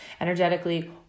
energetically